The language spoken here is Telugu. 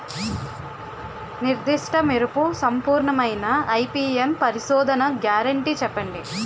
నిర్దిష్ట మెరుపు సంపూర్ణమైన ఐ.పీ.ఎం పరిశోధన గ్యారంటీ చెప్పండి?